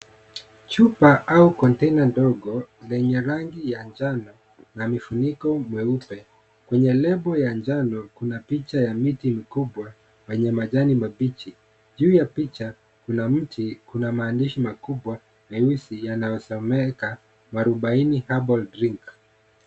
Chupa au container ndogo yenye rangi majano na kifuniko mweupe. Kwenye lebo majano kuna picha ya miti mikubwa yenye majani mabichi. Juu ya picha kuna maandishi nyeusi yanayosomeka Mwarubauni herbal drink .